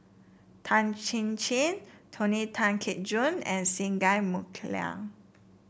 Tan Chin Chin Tony Tan Keng Joo and Singai Mukilan